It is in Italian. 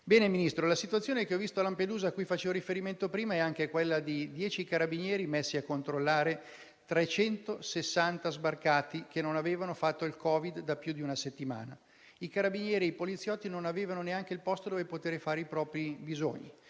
signor Ministro, la situazione che ho visto a Lampedusa e a cui facevo riferimento prima è anche quella di dieci carabinieri messi a controllare 360 sbarcati, che non avevano fatto il *test* per il Covid da più di una settimana. I carabinieri e i poliziotti non avevano neanche un posto in cui poter fare i propri bisogni